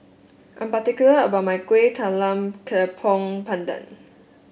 I'm particular about my Kueh Talam Tepong Pandan